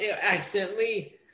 accidentally